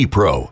Pro